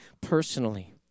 personally